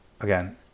again